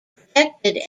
protected